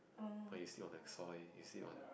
while you sleep on the soil you sleep on